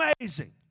amazing